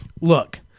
Look